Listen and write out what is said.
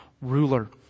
ruler